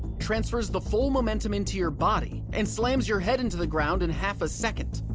transfers the full momentum into your body, and slams your head into the ground in half a second,